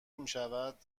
میشود